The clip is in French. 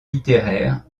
littéraires